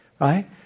right